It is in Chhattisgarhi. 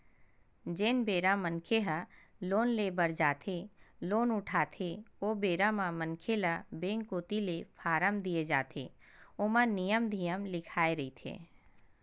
जेन बेरा मनखे ह लोन ले बर जाथे लोन उठाथे ओ बेरा म मनखे ल बेंक कोती ले फारम देय जाथे ओमा नियम धियम लिखाए रहिथे